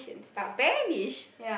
Spanish